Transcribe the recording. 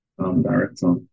director